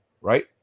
Right